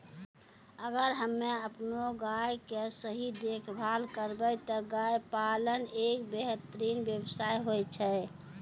अगर हमॅ आपनो गाय के सही देखभाल करबै त गाय पालन एक बेहतरीन व्यवसाय होय छै